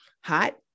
hot